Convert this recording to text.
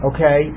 Okay